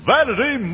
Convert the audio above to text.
Vanity